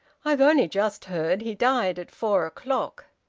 i've only just heard. he died at four o'clock.